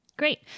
Great